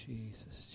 Jesus